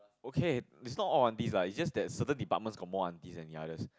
okay is not all aunties lah is just that certain department got more aunties than the others